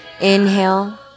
Inhale